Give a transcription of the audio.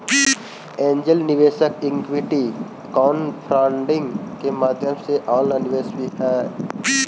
angel निवेशक equity crowdfunding के माध्यम से ऑनलाइन निवेश भी करऽ हइ